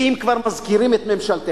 ואם כבר מזכירים את ממשלתך,